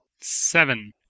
Seven